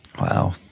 wow